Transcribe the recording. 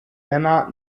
männer